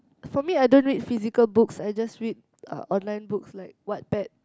for me I don't read physical books I just read uh online books like Wattpad